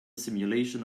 simulation